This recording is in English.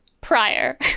prior